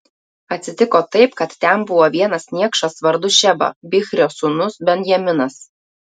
atsitiko taip kad ten buvo vienas niekšas vardu šeba bichrio sūnus benjaminas